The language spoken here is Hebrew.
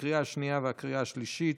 לקריאה השנייה והקריאה השלישית.